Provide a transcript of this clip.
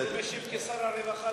לא משיב כשר הרווחה.